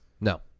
No